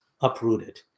uprooted